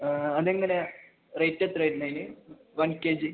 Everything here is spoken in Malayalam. അതെങ്ങനാണ് റേറ്റ് എത്ര വരുന്നത് അതിന് വൺ കെ ജി